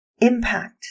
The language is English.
impact